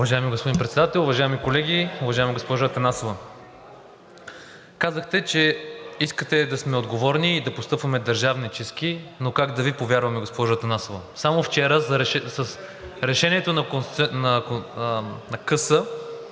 Уважаеми господин Председател, уважаеми колеги, уважаема госпожо Атанасова! Казахте, че искате да сме отговорни и да постъпваме държавнически, но как да Ви повярваме, госпожо Атанасова? Само вчера с решението на